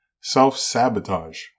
Self-sabotage